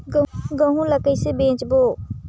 गहूं ला कइसे बेचबो?